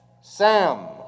Sam